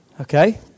Okay